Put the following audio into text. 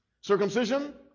circumcision